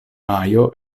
majo